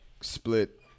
split